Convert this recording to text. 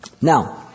Now